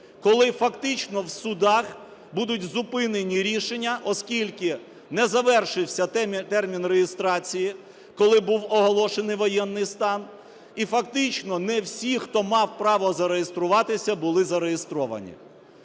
Коли фактично в судах будуть зупинені рішення, оскільки не завершився термін реєстрації, коли був оголошений воєнний стан і фактично не всі, хто мав право зареєструватися, були зареєстровані.